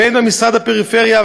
והן במשרד לפיתוח הפריפריה,